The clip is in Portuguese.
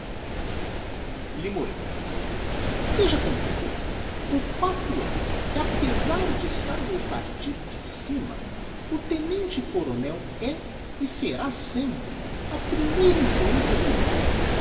limoeiro seja como fôr o facto é que apezar de estar o meu partido de cima o tenente-coronel é e será sempre a primeira influencia do logar